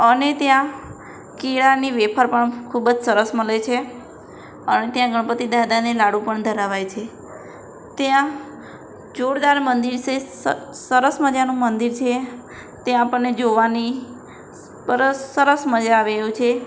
અને ત્યાં કેળાંની વેફર પણ ખૂબ જ સરસ મળે છે અન ત્યાં ગણપતિ દાદાને લાડુ પણ ધરાવાય છે ત્યાં જોરદાર મંદિર છે સરસ મજાનું મંદિર છે ત્યાં આપણને જોવાની સરસ મજા આવે એવું છે